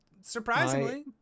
surprisingly